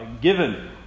given